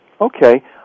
Okay